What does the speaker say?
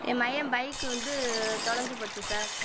என் மகன் பைக்கு வந்து தொலைஞ்சிப்போச்சி சார்